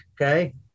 okay